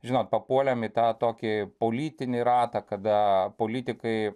žinot papuolėm į tą tokį politinį ratą kada politikai